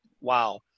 Wow